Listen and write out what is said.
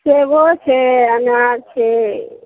सेबो छै अनार छै